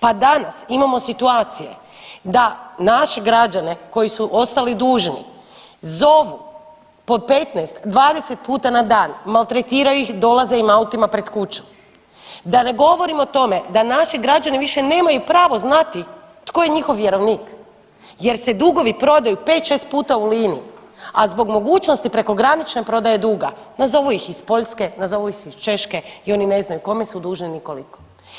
pa danas imamo situacije da naše građane koji su ostali dužni zovu po 15, 20 puta na dan, maltretiraju ih, dolaze im autima pred kuću, da ne govorim o tome da naši građani više nemaju pravo znati tko je njihov vjerovnik jer se dugovi prodaju 5, 6 puta u liniji, a zbog mogućnosti prekogranične prodaje duga, nazovu ih iz Poljske, nazovu ih iz Češke i oni ne znaju kome su dužni ni koliko.